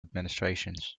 administrations